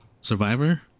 Survivor